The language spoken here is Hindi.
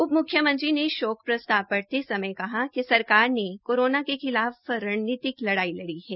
उप मुख्यमंत्री ने शोक प्रस्ताव पढ़ते समय कहा कि सरकार ने कोरोना के खिलाफ रणनीति लड़ाई लड़ी है